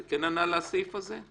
זה כן ענה לסעיף הזה?